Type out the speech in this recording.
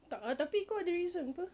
tak ah tapi kau ada reason apa